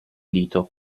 dito